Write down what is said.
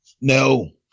No